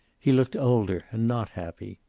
he looked older, and not happy.